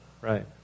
Right